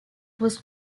was